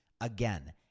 Again